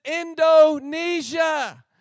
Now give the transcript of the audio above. Indonesia